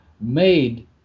made